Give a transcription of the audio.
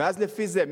ואז, לפי זה.